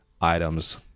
items